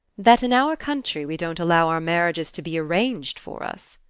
that in our country we don't allow our marriages to be arranged for us?